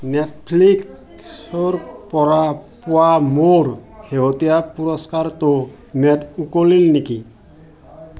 নেটফ্লিক্সৰ পৰা পোৱা মোৰ শেহতীয়া পুৰস্কাৰটোৰ ম্যাদ উকলিল নেকি